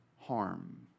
harm